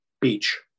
beach